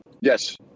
Yes